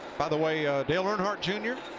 by the way, dale earnhardt jr,